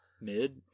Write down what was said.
Mid